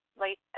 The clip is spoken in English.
late